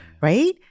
right